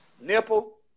nipple